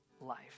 life